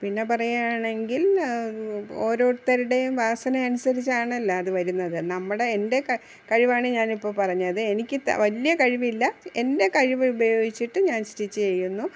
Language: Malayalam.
പിന്നെ പറയുകയാണെങ്കിൽ ഓരോരുത്തരുടെയും വാസന അനുസരിച്ചാണല്ലോ അത് വരുന്നത് നമ്മുടെ എന്റെ കഴിവാണ് ഞാനിപ്പോൾ പറഞ്ഞത് എനിക്ക് വലിയ കഴിവില്ല എന്റെ കഴിവ് ഉപയോഗിച്ചിട്ട് ഞാന് സ്റ്റിച്ച് ചെയ്യുന്നു